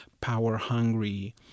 power-hungry